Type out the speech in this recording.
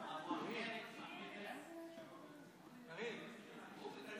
ההצעה לבחור את חברת הכנסת קארין אלהרר ליושבת-ראש הכנסת לא נתקבלה.